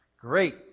Great